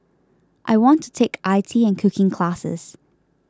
I want to take I T and cooking classes